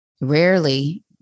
Rarely